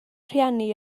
rhieni